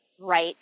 right